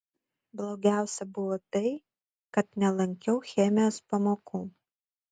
blogiausia buvo tai kad nelankiau chemijos pamokų